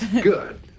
Good